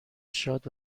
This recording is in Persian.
شاد